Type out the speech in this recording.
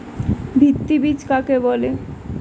ভিত্তি বীজ কাকে বলে?